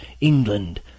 England